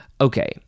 Okay